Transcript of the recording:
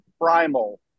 primal